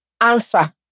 Answer